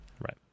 Right